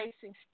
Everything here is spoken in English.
facing